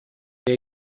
they